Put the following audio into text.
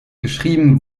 geschrieben